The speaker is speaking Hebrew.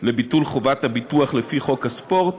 לביטול חובת הביטוח לפי חוק הספורט.